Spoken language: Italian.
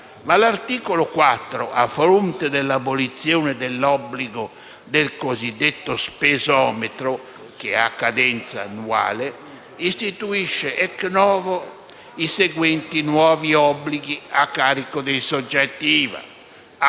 Ma l'articolo 4, a fronte dell'abolizione dell'obbligo del cosiddetto "spesometro", che ha cadenza annuale, istituisce *ex novo* i seguenti nuovi obblighi a carico dei soggetti IVA: